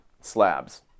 slabs